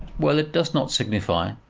well, it does not signify,